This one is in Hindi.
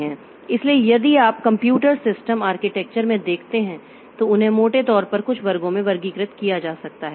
इसलिए यदि आप कंप्यूटर सिस्टम आर्किटेक्चर में देखते हैं तो उन्हें मोटे तौर पर कुछ वर्गों में वर्गीकृत किया जा सकता है